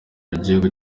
igihugu